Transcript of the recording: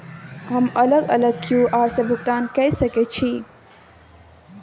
हम अलग अलग क्यू.आर से भुगतान कय सके छि?